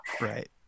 Right